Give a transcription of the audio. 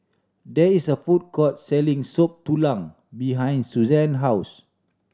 there is a food court selling Soup Tulang behind Susann house